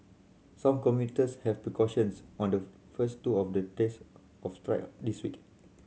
some commuters have took cautions on the first two of the days of strike on this week